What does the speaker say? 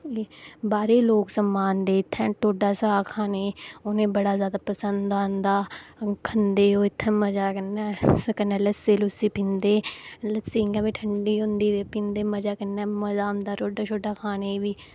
बाह्रै दे लोक सगुआं औंदे इत्थै ढोडा साग खाने गी उनें गी बड़ा ज्यादा पंसद औंदा खंदे औह् इत्थै मजे कन्नै इत्थै लस्सी लुस्सी पींदे लस्सी इ'यां बी ठडीं होंदी ऐ मजा औंदा ढोडा सोढा खाने गी बी